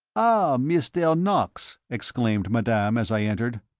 ah, mr. knox, exclaimed madame as i entered,